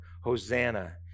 Hosanna